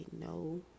no